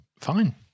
fine